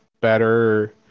better